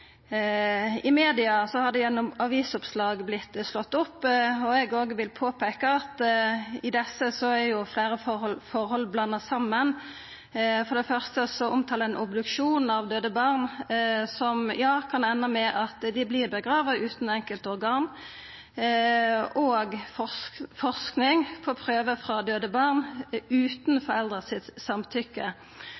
I media har det gjennom avisoppslag vorte slått opp, og eg òg vil påpeika at i desse oppslaga er fleire forhold blanda saman. For det fyrste omtalar ein obduksjon av døde barn, som kan enda med at dei vert gravlagde utan enkelte organ, og forsking på prøver frå døde barn utan